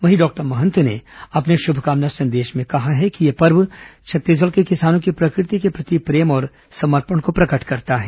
वहीं डॉक्टर मंहत ने अपने शुभकामना संदेश में कहा है कि यह पर्व छत्तीसगढ़ के किसानों की प्रकृति के प्रति प्रेम और समर्पण को प्रकट करता है